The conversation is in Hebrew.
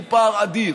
הוא פער אדיר.